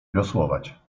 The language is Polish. wiosłować